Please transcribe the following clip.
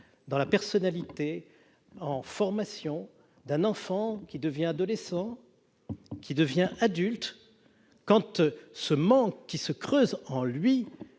dans la personnalité en formation d'un enfant qui devient adolescent, puis adulte, lorsque ce manque qui se creuse en lui